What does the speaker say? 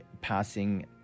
passing